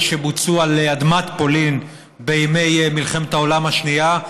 שבוצעו על אדמת פולין בימי מלחמת העולם השנייה,